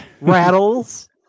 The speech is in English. rattles